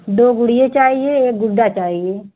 दो गुड़िया चाहिये एक गुड्डा चाहिये